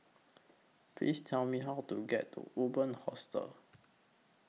Please Tell Me How to get to Urban Hostel